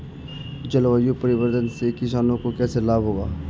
जलवायु परिवर्तन से किसानों को कैसे लाभ होगा?